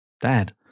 Dad